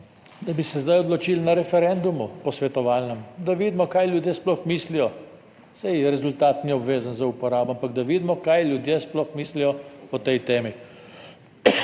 da bi se zdaj odločili na referendumu, posvetovalnem, da vidimo kaj ljudje sploh mislijo, saj rezultat ni obvezen za uporabo, ampak da vidimo kaj ljudje sploh mislijo o tej temi.